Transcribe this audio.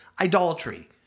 idolatry